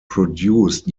produced